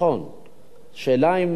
השאלה: א.